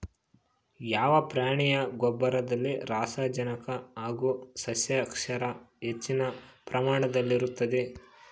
ಯಾವ ಪ್ರಾಣಿಯ ಗೊಬ್ಬರದಲ್ಲಿ ಸಾರಜನಕ ಹಾಗೂ ಸಸ್ಯಕ್ಷಾರ ಹೆಚ್ಚಿನ ಪ್ರಮಾಣದಲ್ಲಿರುತ್ತದೆ?